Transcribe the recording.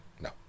No